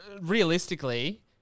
realistically